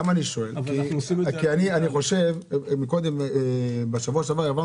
פרסמתם לפני כחודש וחצי